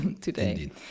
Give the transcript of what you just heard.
today